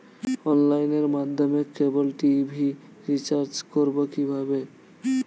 অনলাইনের মাধ্যমে cable TV recharge করব কি করে?